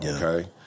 okay